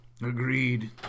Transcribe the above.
Agreed